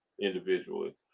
individually